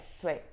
sweet